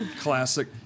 Classic